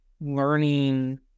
learning